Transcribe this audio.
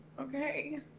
okay